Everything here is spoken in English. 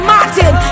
Martin